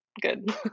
Good